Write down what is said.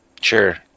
Sure